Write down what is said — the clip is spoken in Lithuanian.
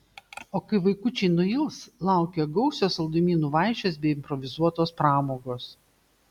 o kai vaikučiai nuils laukia gausios saldumynų vaišės bei improvizuotos pramogos